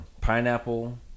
Pineapple